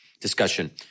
discussion